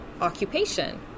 occupation